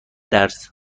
درس